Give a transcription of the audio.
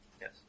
Yes